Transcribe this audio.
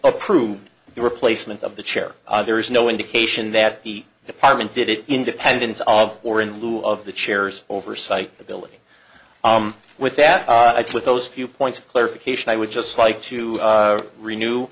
approved the replacement of the chair there is no indication that the department did it independent of or in lieu of the chairs oversight ability with that with those few points of clarification i would just like to renew